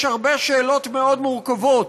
יש הרבה שאלות מאוד מורכבות,